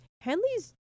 Henley's